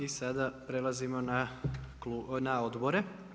I sada prelazimo na odbore.